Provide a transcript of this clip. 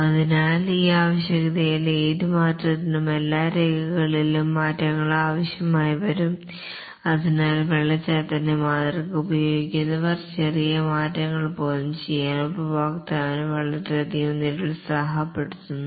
അതിനാൽ ഈ ആവശ്യകതയിലെ ഏത് മാറ്റത്തിനും എല്ലാ രേഖകളിലും മാറ്റങ്ങൾ ആവശ്യമായി വരും അതിനാൽ വാട്ടർഫാൾ മാതൃക ഉപയോഗിക്കുന്നവർ ചെറിയ മാറ്റങ്ങൾ പോലും ചെയ്യാൻ ഉപഭോക്താവിനെ വളരെയധികം നിരുത്സാഹപ്പെടുത്തുന്നു